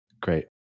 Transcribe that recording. Great